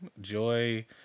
joy